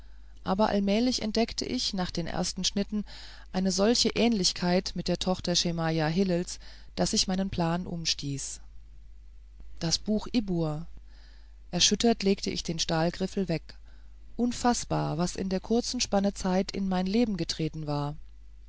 aber allmählich entdeckte ich nach den ersten schnitten eine solche ähnlichkeit mit der tochter schemajah hillels daß ich meinen plan umstieß das buch ibbur erschüttert legte ich den stahlgriffel weg unfaßbar was in der kurzen spanne zeit in mein leben getreten war